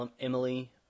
Emily